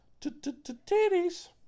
titties